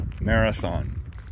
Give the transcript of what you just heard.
Marathon